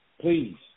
please